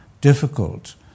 difficult